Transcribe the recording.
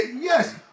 yes